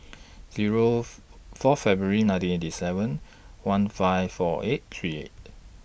Zero four February nineteen eighty seven one five four eight three eight